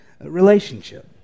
relationship